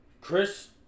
Chris